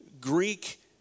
Greek